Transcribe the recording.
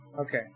Okay